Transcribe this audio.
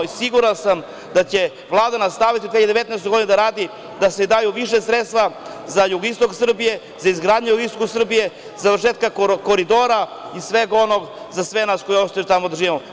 Siguran sam da će Vlada nastaviti u 2019. godini da radi, da se da više sredstava za jugoistok Srbije, za izgradnju na jugoistoku Srbije, završetka Koridora i svega onog za sve nas koji ostajemo tamo da živimo.